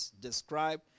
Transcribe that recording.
describe